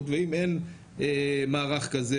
נע בין 65 שקלים ל-87 שקלים לשעה.